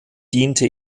diente